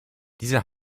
dieser